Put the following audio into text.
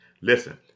Listen